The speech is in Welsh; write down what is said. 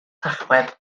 tachwedd